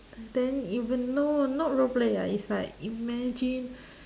then even no not roleplay lah is like imagine